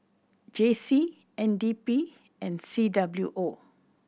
J C N D P and C W O